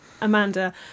Amanda